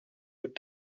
would